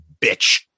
bitch